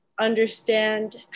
understand